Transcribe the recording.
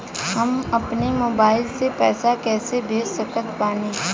हम अपना मोबाइल से पैसा कैसे भेज सकत बानी?